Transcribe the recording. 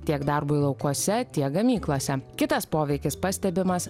tiek darbui laukuose tiek gamyklose kitas poveikis pastebimas